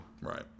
Right